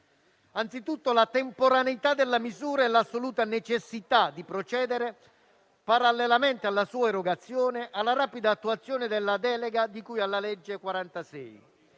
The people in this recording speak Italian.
innanzitutto la temporaneità della misura e l'assoluta necessità di procedere parallelamente alla sua erogazione, alla rapida attuazione della delega di cui alla legge n.